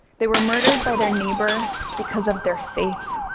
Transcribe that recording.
they were murdered by their neighbor because of their faith,